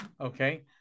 Okay